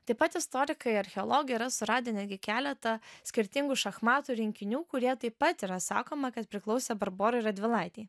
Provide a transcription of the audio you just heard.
taip pat istorikai archeologai yra suradę netgi keletą skirtingų šachmatų rinkinių kurie taip pat yra sakoma kad priklausė barborai radvilaitei